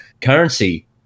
currency